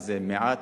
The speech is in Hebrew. וזה מעט,